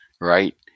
Right